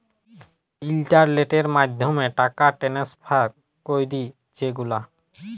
ইলটারলেটের মাধ্যমে টাকা টেনেসফার ক্যরি যে গুলা